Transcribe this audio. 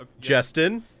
Justin